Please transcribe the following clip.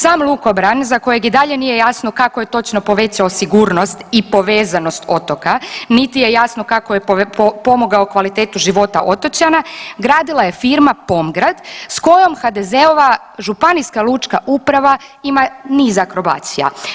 Sam lukobran za kojeg i dalje nije jasno kako je točno povećao sigurnost i povezanost otoka, niti je jasno kako je pomogao kvalitetu životu otočana gradila je firma Pomgrad s kojom HDZ-ova Županijska lučka uprava ima niz akrobacija.